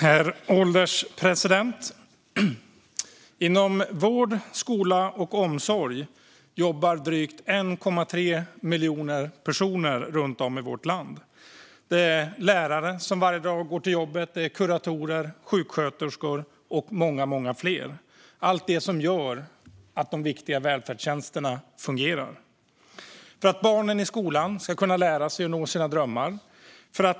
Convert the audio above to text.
Herr ålderspresident! Inom vård, skola och omsorg jobbar drygt 1,3 miljoner personer runt om i vårt land. Det är lärare, kuratorer, sjuksköterskor och många fler som varje dag går till jobbet. Det här är alla de som gör att de viktiga välfärdstjänsterna fungerar. Barnen i skolan ska få undervisning och kunna nå sina drömmar.